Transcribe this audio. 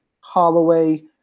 Holloway